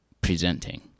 presenting